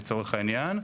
לצורך העניין,